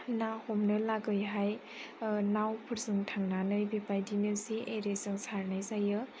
ना हमनो थाखाय नावफोरजों थांनानै बेबायदिनो जे बायदिजों सारनाय जायो